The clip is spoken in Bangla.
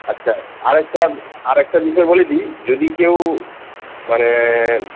আচ্ছা আরেকটা আরেকটা বিষয় বলে দিই যদি কেউ মানে